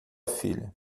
filha